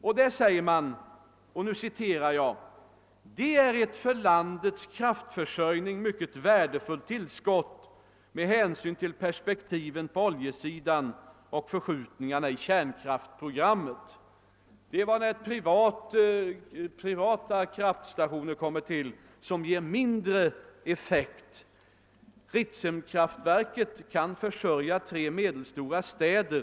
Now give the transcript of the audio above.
Och så sägs det att »det är ett för landets kraftförsörjning mycket värdefullt tillskott med hänsyn till perspektiven på oljesidan och för skjutningarna i kärnkraftprogrammet«. Så låter det när privata kraftstationer kommer till, som ger mindre effekt. Ritsems kraftverk kan försörja tre medelstora städer.